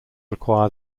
require